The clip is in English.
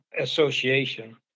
association